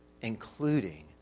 including